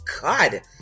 god